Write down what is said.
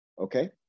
Okay